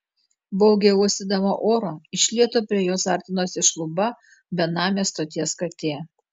baugiai uostydama orą iš lėto prie jos artinosi šluba benamė stoties katė